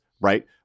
Right